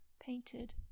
painted